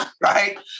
right